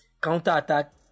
counter-attack